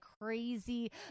crazy